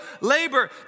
labor